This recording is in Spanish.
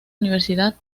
universidad